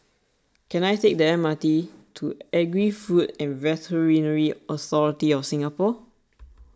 can I take the M R T to Agri Food and Veterinary Authority of Singapore